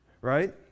Right